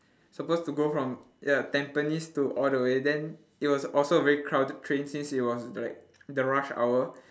supposed to go from ya tampines to all the way then it was also a very crowded train since it was like the rush hour